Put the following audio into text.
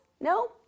No